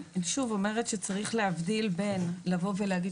אני שוב אומרת שצריך להבדיל בין לבוא ולהגיד